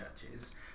churches